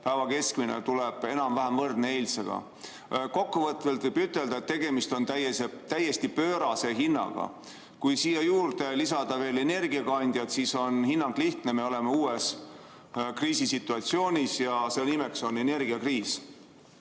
päeva keskmine tuleb eilsega enam-vähem võrdne. Kokkuvõtvalt võib ütelda, et tegemist on täiesti pöörase hinnaga. Kui siia juurde lisada veel energiakandjad, siis on hinnang lihtne: me oleme uues kriisisituatsioonis ja selle nimeks on energiakriis.